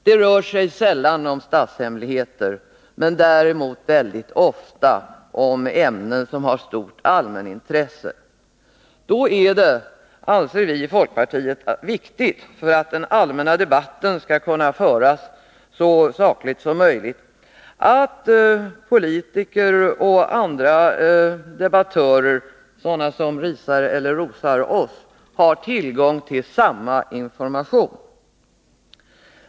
Det rör sig sällan om statshemligheter men mycket ofta om ämnen som har stort allmänintresse. Vi i folkpartiet ser det som viktigt för att den allmänna debatten skall kunna föras så sakligt som möjligt att politiker och andra debattörer, sådana som risar eller rosar oss, har tillgång till samma information.